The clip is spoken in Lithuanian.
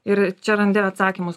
ir čia randi atsakymus